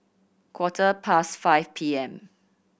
quarter past five P M